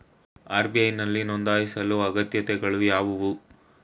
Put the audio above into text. RBI ನಲ್ಲಿ ನೊಂದಾಯಿಸಲು ಅಗತ್ಯತೆಗಳು ಯಾವುವು?